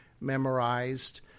memorized